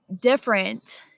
different